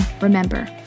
remember